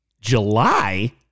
July